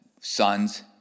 sons